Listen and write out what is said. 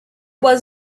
was